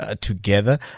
together